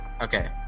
Okay